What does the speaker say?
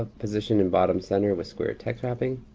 ah positioned in bottom center was squared text wrapping,